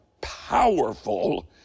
powerful